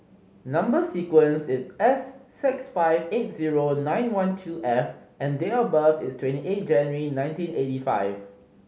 number sequence is S six five eight zero nine one two F and date of birth is twenty eight January nineteen eighty five